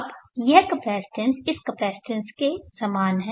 अब यह कैपेसिटेंस इस कैपेसिटेंस के समान है